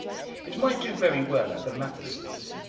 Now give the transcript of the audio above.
it might do very well at the mathesons,